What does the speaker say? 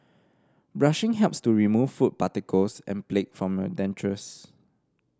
brushing helps to remove food particles and plaque from your dentures